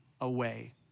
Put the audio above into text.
away